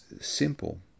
simple